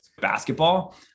basketball